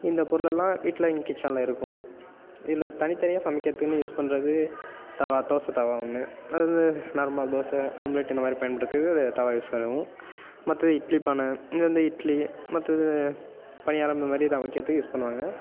இந்த பொருளெல்லாம் வீட்டில் இங்கே கிச்சனில் இருக்கும் இதில் தனித்தனியாக சமைக்கிறதுக்குன்னு யூஸ் பண்ணுறது தவா தோசை தவா ஒன்று அது வந்து நார்மல் தோசை ஆம்லேட்டு இந்த மாதிரி பயன்படுத்துகிறதுக்கு அது தவா யூஸ் ஆகும் மற்ற இட்லி பானை இந்தெந்த இட்லி மற்ற இது பணியாரம் இந்த மாதிரி இதுதான் வைக்கிறதுக்கு யூஸ் பண்ணுவாங்க